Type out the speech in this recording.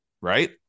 right